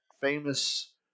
famous